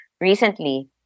recently